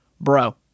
Bro